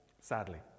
sadly